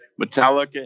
Metallica